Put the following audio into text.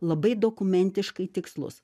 labai dokumentiškai tikslus